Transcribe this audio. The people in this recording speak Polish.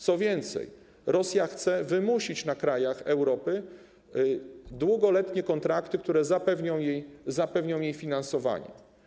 Co więcej, Rosja chce wymusić na krajach Europy długoletnie kontrakty, które zapewnią jej finansowanie.